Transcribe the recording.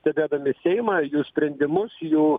stebėdami seimą jų sprendimus jų